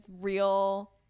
real